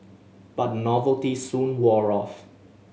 but the novelty soon wore off